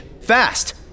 fast